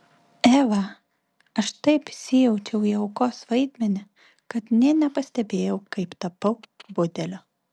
eva aš taip įsijaučiau į aukos vaidmenį kad nė nepastebėjau kaip tapau budeliu